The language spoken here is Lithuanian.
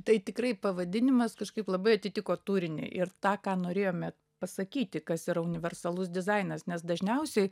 tai tikrai pavadinimas kažkaip labai atitiko turinį ir tą ką norėjome pasakyti kas yra universalus dizainas nes dažniausiai